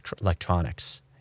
electronics